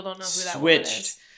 switched